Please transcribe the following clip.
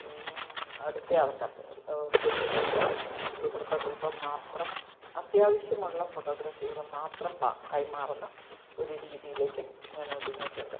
അടുത്ത ആൾക്കാർക്ക് ബന്ധുക്കൾക്കോ സുഹൃത്തുക്കൾക്കോ മാത്രം അത്യാവശ്യമുള്ള ഫോട്ടോഗ്രാഫികൾ മാത്രം പ കൈമാറുന്ന ഒരു രീതിയിലേക്ക് ഞാനൊതുങ്ങിയിട്ടുണ്ട്